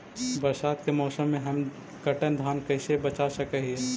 बरसात के मौसम में हम कटल धान कैसे बचा सक हिय?